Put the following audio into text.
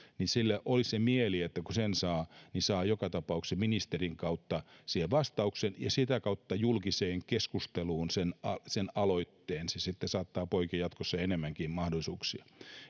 niin siinä olisi se mieli että kun ne saa saa joka tapauksessa ministerin kautta vastauksen ja sitä kautta julkiseen keskusteluun sen sen aloitteen se sitten saattaa poikia jatkossa enemmänkin mahdollisuuksia